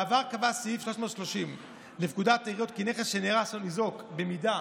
בעבר קבע סעיף 330 לפקודת העיריות כי נכס שנהרס או ניזוק במידה